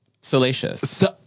Salacious